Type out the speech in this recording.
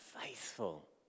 faithful